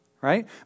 Right